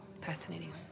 Fascinating